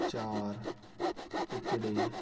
ਚਾਰ ਟੁਕੜੇ